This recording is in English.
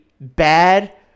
bad